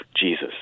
Jesus